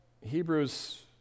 Hebrews